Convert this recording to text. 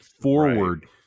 forward